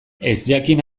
ezjakin